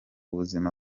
buzima